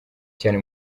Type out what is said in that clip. cyane